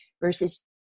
versus